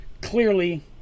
clearly